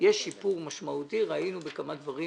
יש שיפור משמעותי ובכמה דברים